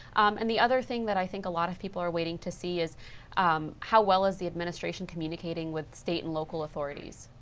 and the other thing i think a lot of people are waiting to see is how well is the administration communicating with state and local authorities.